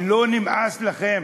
לא נמאס לכם?